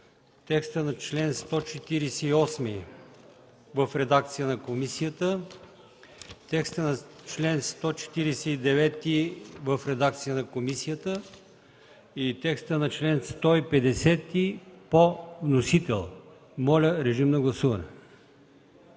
текста на чл. 148 в редакция на комисията, текста на чл. 149 в редакция на комисията и текста на чл. 150 по вносител. Гласували